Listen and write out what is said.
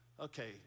Okay